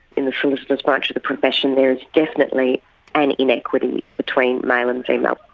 in the solicitors' branch of the profession, there is definitely an inequity between male and female.